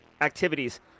activities